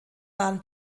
waren